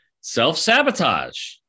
Self-sabotage